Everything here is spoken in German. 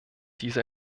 diese